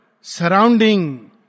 surrounding